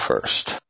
first